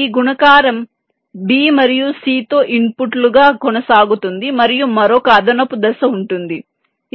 ఈ గుణకారం b మరియు c తో ఇన్పుట్లుగా కొనసాగుతుంది మరియు మరొక అదనపు దశ ఉంటుంది